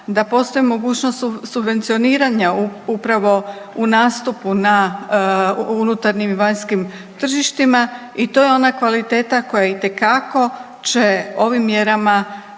da postoji mogućnost subvencioniranja upravo u nastupu na unutarnjim i vanjskim tržištima i to je ona kvaliteta koja će itekako ovim mjerama